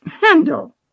handle